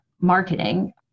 marketing